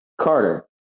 Carter